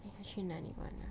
去哪里玩呢